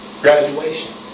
Graduation